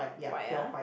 white ah